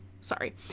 sorry